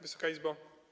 Wysoka Izbo!